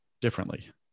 differently